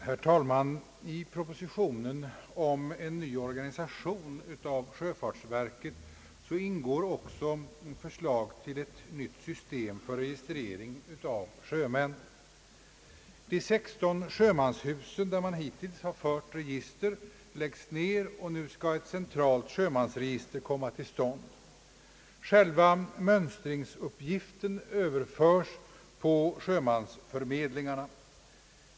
Herr talman! I propositionen om en ny organisation av sjöfartsverket ingår också förslag till ett nytt system för registrering av sjömän. De 16 sjömanshus där man hittills har fört register läggs ner. Nu skall ett centralt sjömansregister komma till stånd. Själva mönstringsuppgiften överförs på sjömansförmedlingarna.